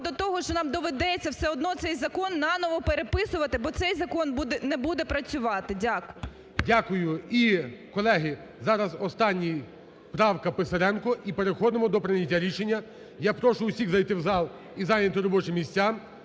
до того, що нам доведеться все одно цей закон наново переписувати, бо цей закон не буде працювати. Дякую. ГОЛОВУЮЧИЙ. Дякую. І, колеги, зараз остання правка Писаренко і переходимо до прийняття рішення. Я прошу усіх зайти в зал і зайняти робочі місця